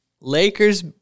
Lakers